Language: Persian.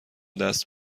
دست